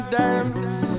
dance